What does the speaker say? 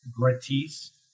gratis